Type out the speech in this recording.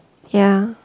ya